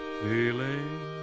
feeling